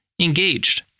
engaged